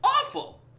awful